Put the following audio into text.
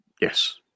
Yes